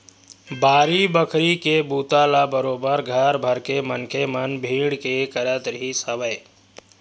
बाड़ी बखरी के बूता ल बरोबर घर भरके मनखे मन भीड़ के करत रिहिस हवय